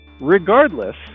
Regardless